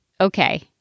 Okay